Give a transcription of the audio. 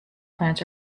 plants